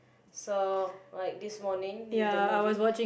so like this morning with the movie